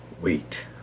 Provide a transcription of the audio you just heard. wait